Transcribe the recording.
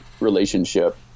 relationship